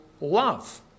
love